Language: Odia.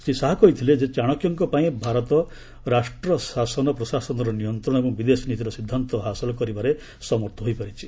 ଶ୍ରୀ ଶାହା କହିଥିଲେ ଯେ ଚାଣକ୍ୟଙ୍କ ପାଇଁ ଭାରତ ରାଷ୍ଟ୍ର ଶାସନ ପ୍ରଶାସନର ନିୟନ୍ତ୍ରଣ ଏବଂ ବିଦେଶ ନୀତିର ସିଦ୍ଧାନ୍ତ ହାସଲ କରିବାରେ ସମର୍ଥ ହୋଇପାରିଛି